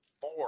four